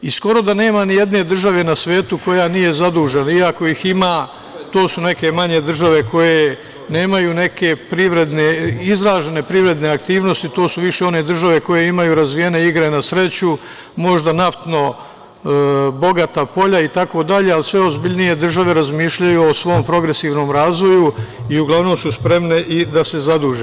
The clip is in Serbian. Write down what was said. I skoro da nema nijedne države na svetu koja nije zadužena, i ako ih ima to su neke manje države koje nemaju neke izražene privredne aktivnosti, to su više one države koje imaju razvijene igre na sreću, možda naftno bogata polja i tako dalje, ali sve ozbiljnije države razmišljaju o svom progresivnom razvoju i uglavnom su spremne i da se zaduže.